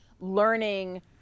learning